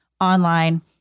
online